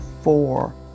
four